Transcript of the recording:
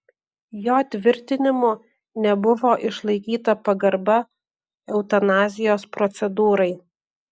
jo tvirtinimu nebuvo išlaikyta pagarba eutanazijos procedūrai